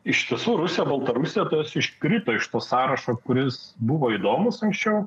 iš tiesų rusija baltarusija tos iškrito iš to sąrašo kuris buvo įdomūs anksčiau